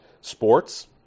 sports